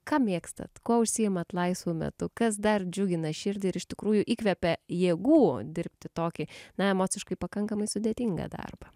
ką mėgstat kuo užsiimat laisvu metu kas dar džiugina širdį ir iš tikrųjų įkvepia jėgų dirbti tokį na emociškai pakankamai sudėtingą darbą